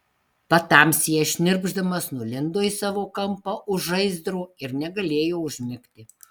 patamsyje šnirpšdamas nulindo į savo kampą už žaizdro ir negalėjo užmigti